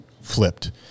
flipped